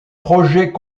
projet